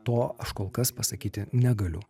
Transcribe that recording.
to aš kol kas pasakyti negaliu